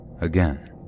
again